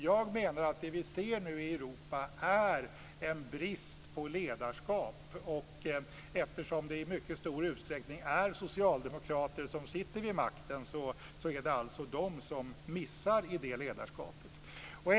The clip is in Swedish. Jag menar att det vi ser i Europa är en brist på ledarskap. Eftersom det i mycket stor utsträckning är socialdemokrater som sitter vid makten är det alltså hos dem ledarskapet brister.